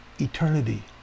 eternity